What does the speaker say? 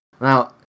Now